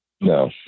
No